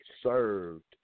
served